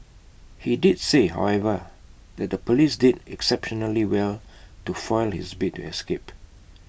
he did say however that the Police did exceptionally well to foil his bid to escape